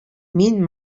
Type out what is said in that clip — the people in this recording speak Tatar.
мин